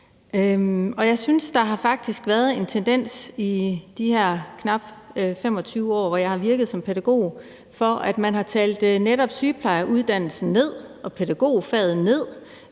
jeg synes faktisk, der har været en tendens, i de knap 25 år, jeg har virket som pædagog, til, at man har talt netop sygeplejerskeuddannelsen og pædagogfaget ned.